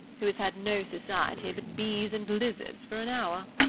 who has had no society but bees and lizards for an hour.